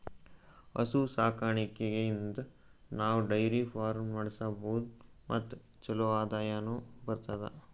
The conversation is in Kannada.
ಹಸು ಸಾಕಾಣಿಕೆಯಿಂದ್ ನಾವ್ ಡೈರಿ ಫಾರ್ಮ್ ನಡ್ಸಬಹುದ್ ಮತ್ ಚಲೋ ಆದಾಯನು ಬರ್ತದಾ